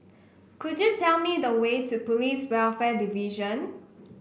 could you tell me the way to Police Welfare Division